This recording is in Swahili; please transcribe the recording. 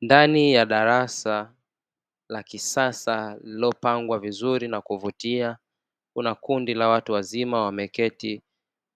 Ndani ya darasa la kisasa lililopangwa vizuri na kuvutia, kuna kundi la watu wazima wamekaa